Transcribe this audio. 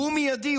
והוא מיידי,